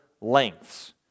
lengths